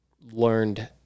learned